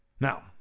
now